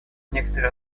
некоторые